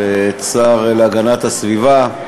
את השר להגנת הסביבה,